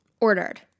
ordered